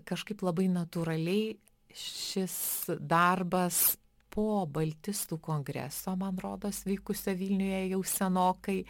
kažkaip labai natūraliai šis darbas po baltistų kongreso man rodos vykusio vilniuje jau senokai